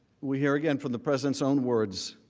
we hear again from the presidents own words,